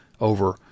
over